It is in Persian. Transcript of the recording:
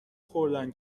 خوردن